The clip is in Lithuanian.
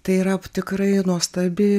tai yra tikrai nuostabi